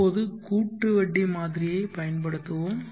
இப்போது கூட்டு வட்டி மாதிரியைப் பயன்படுத்துவோம்